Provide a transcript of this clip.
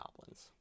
goblins